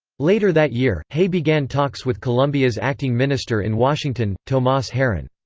later that year, hay began talks with colombia's acting minister in washington, tomas herran.